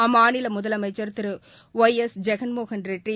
அம்மாநிலமுதலமைச்சர் திருஷய் எஸ் ஜெகன்மோகன் ரெட்டி